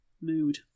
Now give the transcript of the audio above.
Mood